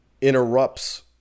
interrupts